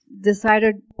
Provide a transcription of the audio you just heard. decided